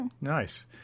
Nice